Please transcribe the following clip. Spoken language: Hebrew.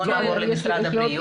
בואו נעבור למשרד הבריאות.